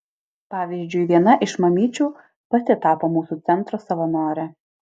pavyzdžiui viena iš mamyčių pati tapo mūsų centro savanore